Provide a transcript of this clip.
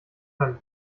beim